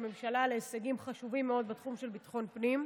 הממשלה להישגים חשובים מאוד בתחום של ביטחון פנים.